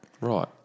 Right